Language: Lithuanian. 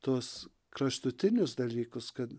tuos kraštutinius dalykus kad